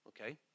Okay